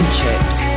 chips